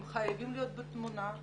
הוא חייב להיות בתמונה.